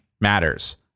matters